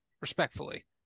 Respectfully